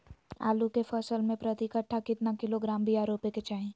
आलू के फसल में प्रति कट्ठा कितना किलोग्राम बिया रोपे के चाहि?